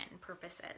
purposes